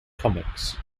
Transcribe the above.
comics